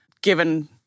given